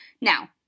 Now